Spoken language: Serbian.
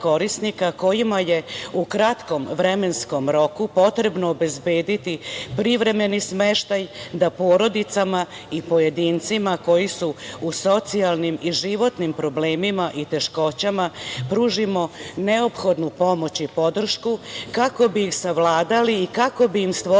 kojima je u kratkom vremenskom roku potrebno obezbediti privremeni smeštaj da porodicama i pojedincima koji su u socijalnim i životnim problemima i teškoćama pružimo neophodnu pomoć i podršku kako bi ih savladali i kako bi im stvorili